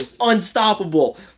unstoppable